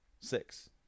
six